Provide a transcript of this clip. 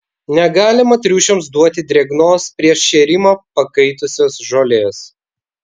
negalima triušiams duoti drėgnos prieš šėrimą pakaitusios žolės